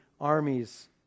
armies